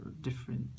different